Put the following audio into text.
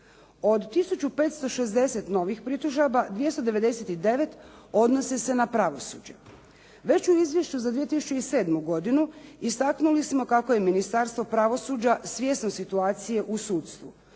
Od 1560 novih pritužaba 299 odnose se na pravosuđe. Već u Izvješću za 2007. godinu istaknuli smo kako je Ministarstvo pravosuđa svjesno situacije u sudstvu,